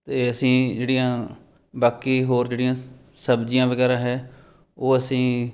ਅਤੇ ਅਸੀਂ ਜਿਹੜੀਆਂ ਬਾਕੀ ਹੋਰ ਜਿਹੜੀਆਂ ਸਬਜ਼ੀਆਂ ਵਗੈਰਾ ਹੈ ਉਹ ਅਸੀਂ